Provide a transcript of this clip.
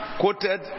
quoted